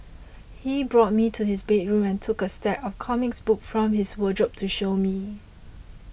he brought me to his bedroom and took a stack of comic books from his wardrobe to show me